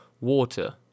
Water